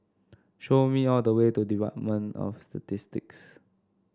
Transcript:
show me all the way to Department of the Statistics